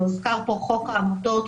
והוזכר פה חוק העמותות,